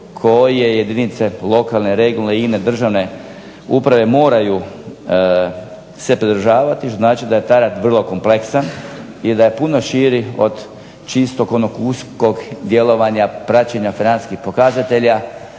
koje jedinice lokalne i područne (regionalne) uprave moraju se pridržavati, znači da je taj rad vrlo kompleksan i da je puno širi od čistog onog uskog djelovanja praćenja financijskih pokazatelja,